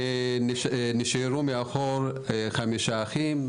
נשארו מאחור 5 אחים,